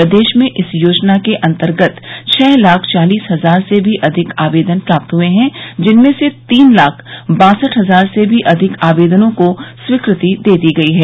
प्रदेश में इस योजना के अंतर्गत छह लाख चालिस हजार से भी अधिक आवेदन प्राप्त हुए हैं जिनमें से तीन लाख बासठ हजार से भी अधिक आवेदनों को स्वीकृति दे दी गई है